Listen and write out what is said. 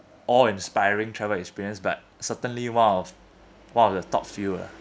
awe inspiring travel experience but certainly one of one of the top few ah